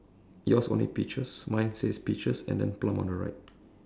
yours only peaches mine says peaches and then plum on the right